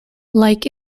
like